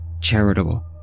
charitable